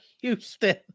Houston